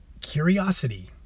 curiosity